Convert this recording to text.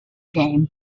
game